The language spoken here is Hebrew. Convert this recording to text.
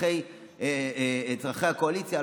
צורכי הקואליציה.